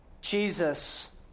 Jesus